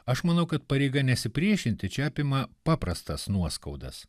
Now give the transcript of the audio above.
aš manau kad pareiga nesipriešinti čia apima paprastas nuoskaudas